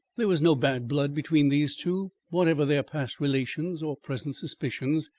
there was no bad blood between these two whatever their past relations or present suspicions,